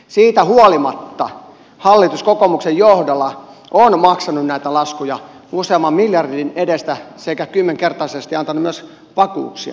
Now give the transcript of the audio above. siitä huolimatta hallitus kokoomuksen johdolla on maksanut näitä laskuja useamman miljardin edestä sekä kymmenkertaisesti antanut myös vakuuksia